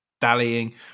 dallying